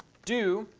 do